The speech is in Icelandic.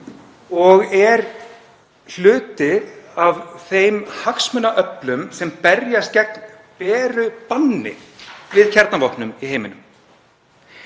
og er hluti af þeim hagsmunaöflum sem berjast gegn beru banni við kjarnavopnum í heiminum.